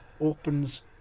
opens